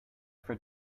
for